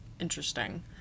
interesting